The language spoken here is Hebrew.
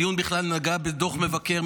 הדיון בכלל נגע בדוח מבקר,